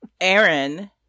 Aaron